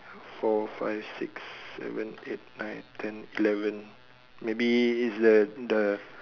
four five six seven eight nine ten eleven maybe is the the